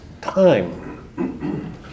time